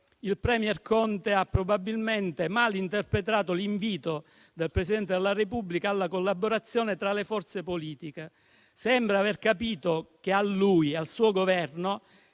Giuseppe Conte ha probabilmente malinterpretato l'invito del Presidente della Repubblica alla collaborazione tra le forze politiche; sembra aver capito che a lui e al suo Governo